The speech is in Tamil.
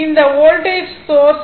இங்கு இந்த வோல்டேஜ் சோர்ஸ் உள்ளது